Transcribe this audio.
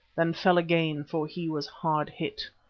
then fell again for he was hard hit.